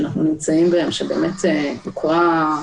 אנחנו מדברים על כלי שבוודאי לא נועד למצבים השגרתיים